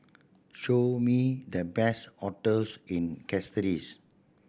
show me the best hotels in Castries